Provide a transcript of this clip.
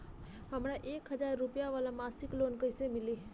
हमरा एक हज़ार रुपया वाला मासिक लोन कईसे मिली?